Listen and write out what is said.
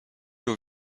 aux